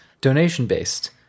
donation-based